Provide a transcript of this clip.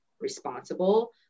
responsible